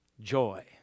Joy